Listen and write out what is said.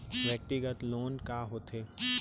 व्यक्तिगत लोन का होथे?